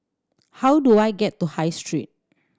how do I get to High Street